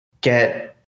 get